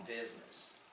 business